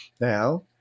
Now